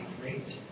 great